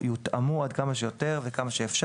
יותאמו עד כמה שאפשר